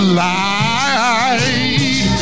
light